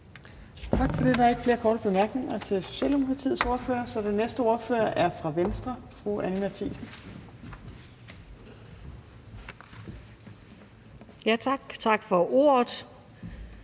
Tak for det. Der er ikke flere korte bemærkninger til Socialdemokratiets ordfører. Den næste ordfører er fra Venstre, fru Anni Matthiesen. Kl. 16:33 (Ordfører)